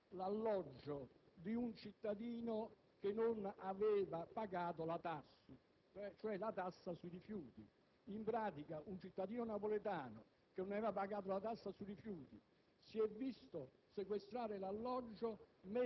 aveva disposto che fosse messo all'asta l'alloggio di un cittadino che non aveva pagato la TARSU, la tassa sui rifiuti. In pratica, questo cittadino napoletano, per non avere pagato la tassa sui rifiuti,